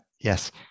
yes